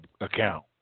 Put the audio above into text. account